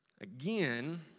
Again